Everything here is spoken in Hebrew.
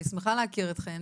אז אני שמחה להכיר אתכן,